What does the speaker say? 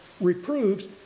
reproves